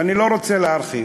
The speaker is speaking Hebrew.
ואני לא רוצה להרחיב: